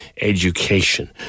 education